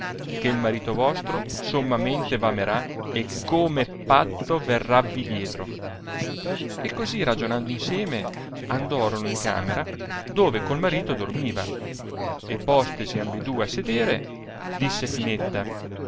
che marito vostro sommamente v amerà e come pazzo verravvi dietro e così ragionando insieme andorono in camera love col marito dormiva e postesi ambedue a sedere disse finetta